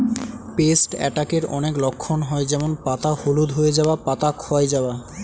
paste অ্যাটাকের অনেক লক্ষণ হয় যেমন পাতা হলুদ হয়ে যাওয়া, পাতা ক্ষয় যাওয়া